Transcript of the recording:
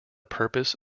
purpose